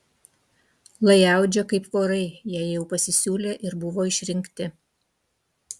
lai audžia kaip vorai jei jau pasisiūlė ir buvo išrinkti